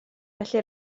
felly